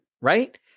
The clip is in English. right